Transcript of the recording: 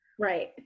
Right